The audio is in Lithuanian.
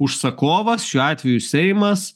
užsakovas šiuo atveju seimas